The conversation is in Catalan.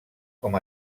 com